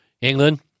England